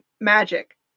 magic